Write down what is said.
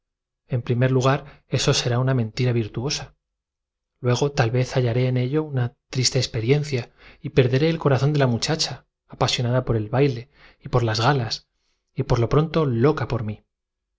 en primer lugar eso será una mentira virtuosa luego tal hallaré ello triste experiencia y per deré el corazón de la vez muchacha apasionada en una por el baile y por j las galas y por y y lo pronto loca por mí